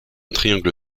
triangle